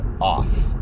off